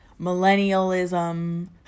millennialism